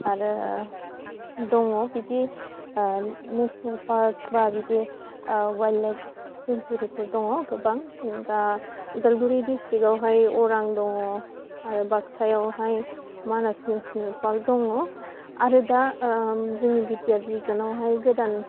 आरो दङ बिदि नेशनेल पार्क बा बिदि वेल्डलाइफ सेन्चुरिफोर दङ गोबां जोङो गा अदालगुरि डिस्ट्रिक्टआवहाय अरां दङ आरो बागसायावहाय मानास नेशनेल पार्क दङ आरो दा जोंनि बिटिआर रिजोनावहाय गोदान